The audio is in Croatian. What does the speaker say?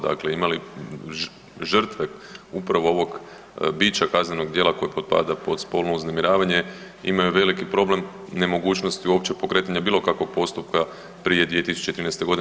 Dakle, ima li žrtve upravo ovog bića kaznenog djela koje spada pod spolno uznemiravanje imaju veliki problem nemogućnosti uopće pokretanja bilo kakvog postupka prije 2013. godine.